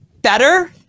better